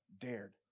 dared